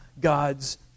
God's